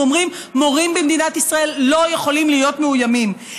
אומרים: מורים במדינת ישראל לא יכולים להיות מאוימים.